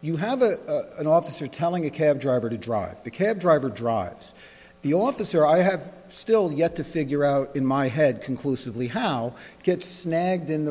you have a officer telling a cab driver to drive the cab driver drives the officer i have still yet to figure out in my head conclusively how gets snagged in the